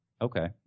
Okay